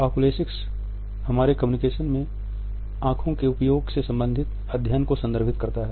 oculesics हमारे communication में आंखों के उपयोग से संबंधित अध्ययन को संदर्भित करता है